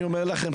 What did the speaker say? אני אומר לכם,